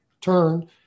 turn